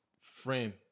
friend